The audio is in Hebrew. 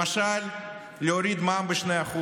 למשל, להוריד את המע"מ ב-2%